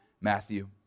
Matthew